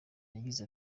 yagize